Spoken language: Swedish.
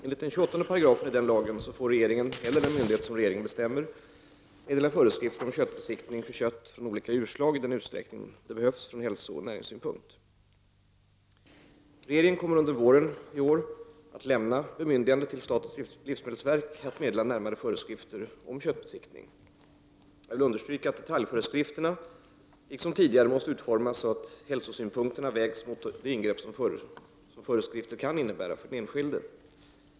Enligt 28 § denna lag får regeringen eller den myndighet som regeringen bestämmer meddela föreskrifter om köttbesiktning för kött från olika djurslag i den utsträckning som det behövs från hälsoeller näringssynpunkt. Regeringen kommer under våren 1990 att lämna bemyndigande till statens livsmedelsverk att meddela närmare föreskrifter om köttbesiktning. Jag vill understryka att detaljföreskrifterna, liksom tidigare, måste utformas så, att hälsosynpunkterna vägs mot det ingrepp som föreskrifter kan innebära för den enskilde.